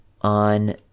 on